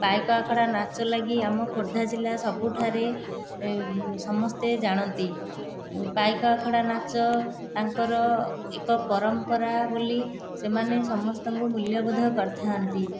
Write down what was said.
ପାଇକ ଆଖଡ଼ା ନାଚ ଲାଗି ଆମ ଖୋର୍ଦ୍ଧା ଜିଲ୍ଲା ସବୁଠାରେ ସମସ୍ତେ ଜାଣନ୍ତି ପାଇକ ଆଖଡ଼ା ନାଚ ତାଙ୍କର ଏକ ପରମ୍ପରା ବୋଲି ସେମାନେ ସମସ୍ତଙ୍କୁ ମୂଲ୍ୟବୋଧ କରିଥାନ୍ତି